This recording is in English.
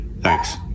Thanks